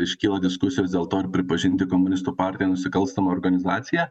iškyla diskusijos dėl to ar pripažinti komunistų partiją nusikalstama organizacija